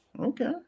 Okay